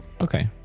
okay